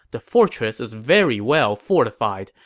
the fortress is very well-fortified.